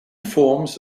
forms